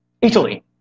Italy